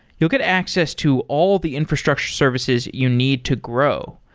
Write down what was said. you'll get access to all the infrastructure services you need to grow.